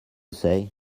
say